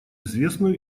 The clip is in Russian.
известную